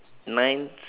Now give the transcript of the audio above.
nine s~